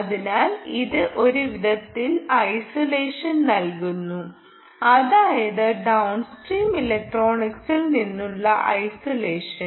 അതിനാൽ ഇത് ഒരു വിധത്തിൽ ഐസൊലേഷൻ നൽകുന്നു അതായത് ഡൌൺസ്ട്രീം ഇലക്ട്രോണിക്സിൽ നിന്നുള്ള ഐസൊലേഷൻ